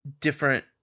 different